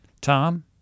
Tom